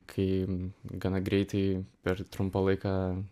kai gana greitai per trumpą laiką